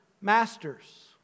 masters